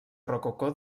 rococó